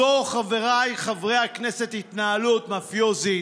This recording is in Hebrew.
זו, חבריי חברי הכנסת, התנהלות מאפיוזית,